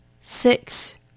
Six